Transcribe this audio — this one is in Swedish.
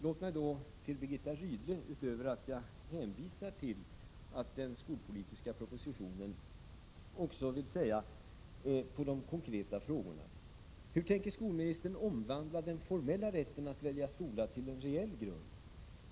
Låt mig till Birgitta Rydle utöver att jag hänvisar till den skolpolitiska propositionen säga några ord också med anledning av de konkreta frågorna. Hur tänker skolministern omvandla den formella rätten att välja skola till en reell rätt?